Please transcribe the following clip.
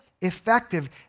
effective